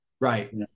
right